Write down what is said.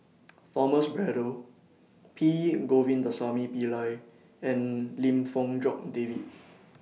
Braddell P Govindasamy Pillai and Lim Fong Jock David